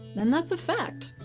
and that's a fact.